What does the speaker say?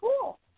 Cool